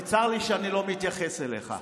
וצר לי שאני לא מתייחס אליך.